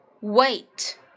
Wait